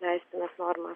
leistinas normas